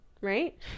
right